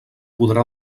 podrà